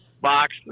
box